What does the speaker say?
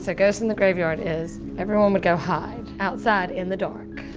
so ghost in the graveyard is, everyone would go hide outside in the dark.